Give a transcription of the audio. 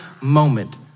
moment